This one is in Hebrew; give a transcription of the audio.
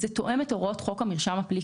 זה תואם את הוראות חוק המרשם הפלילי,